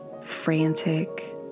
frantic